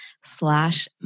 slash